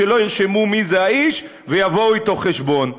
שלא ירשמו מי זה האיש ויבואו איתו חשבון.